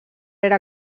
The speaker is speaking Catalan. era